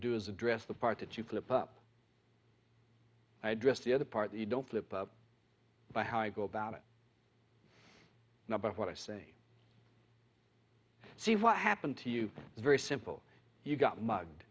do is address the part that you clipped up i dress the other part you don't slip up by how i go about it now but what i say i see what happened to you very simple you've got mugged